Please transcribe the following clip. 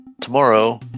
Tomorrow